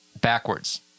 backwards